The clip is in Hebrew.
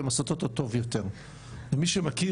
כי הן עושות אותו טוב יותר ומי שמכיר